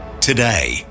today